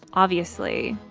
obviously,